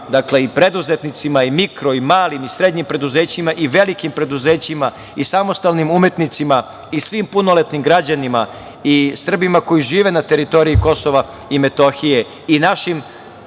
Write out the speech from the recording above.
dakle i preduzetnicima, i mikro i malim i srednjim preduzećima i velikim preduzećima i samostalnim umetnicima i svim punoletnim građanima i Srbima koji žive na teritoriji Kosova i Metohije i našim